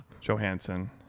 Johansson